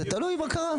תלוי מה קרה.